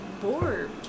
bored